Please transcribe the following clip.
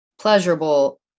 pleasurable